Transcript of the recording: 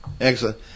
Excellent